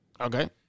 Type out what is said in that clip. Okay